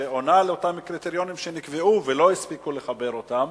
שעונה על אותם קריטריונים שנקבעו ולא הספיקו לחבר אותם,